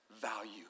value